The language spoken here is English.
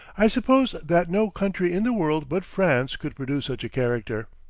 i suppose that no country in the world but france could produce such a character.